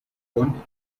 one